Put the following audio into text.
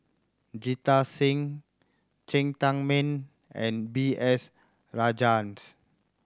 Jita Singh Cheng Tsang Man and B S Rajhans